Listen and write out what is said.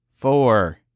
four